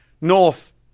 north